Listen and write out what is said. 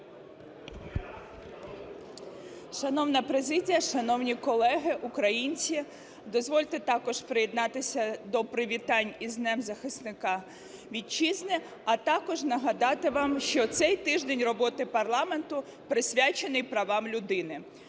Шановна президія, шановні колеги, українці! Дозвольте також приєднатися до привітань із Днем захисника Вітчизни, а також нагадати вам, що цей тиждень роботи парламенту присвячений правам людини.